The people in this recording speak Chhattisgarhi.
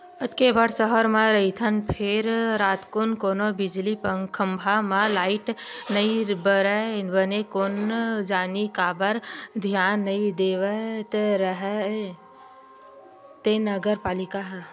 अतेक बड़ सहर म रहिथन फेर रातकुन कोनो बिजली खंभा म लाइट नइ बरय बने कोन जनी काबर धियान नइ देवत हवय ते नगर पालिका ह